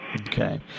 Okay